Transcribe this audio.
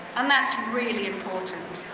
and that's really important.